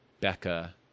Becca